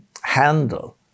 handle